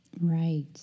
Right